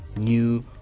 new